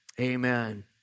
amen